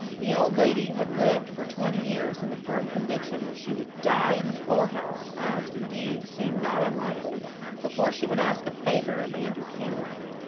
the old lady had lived for twenty years in the firm conviction that she would die in the poorhouse as, indeed, seemed not unlikely before she would ask a favour of andrew cameron.